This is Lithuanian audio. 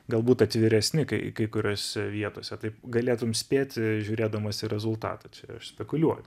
galbūt atviresni kai kai kuriose vietose taip galėtum spėti žiūrėdamas į rezultatą čia spekuliuot